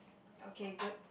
okay good